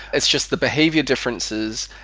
it's just the behavior differences,